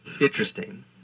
interesting